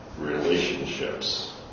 relationships